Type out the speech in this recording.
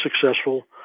successful